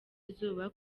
izuba